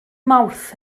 mawrth